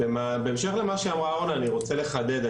בהמשך למה שאמרה אורנה, אני רוצה לחדד.